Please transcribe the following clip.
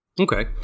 Okay